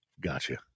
Gotcha